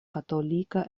katolika